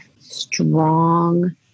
strong